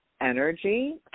energy